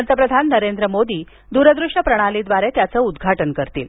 पंतप्रधान नरेंद्र मोदी दूरदृश्य प्रणालीद्वारे त्याचं उद्घाटन करणार आहेत